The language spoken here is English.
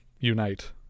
Unite